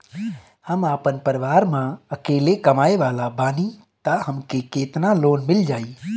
हम आपन परिवार म अकेले कमाए वाला बानीं त हमके केतना लोन मिल जाई?